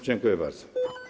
Dziękuję bardzo.